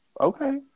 okay